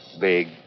big